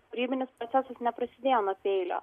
kūrybinis procesas neprasidėjo nuo peilio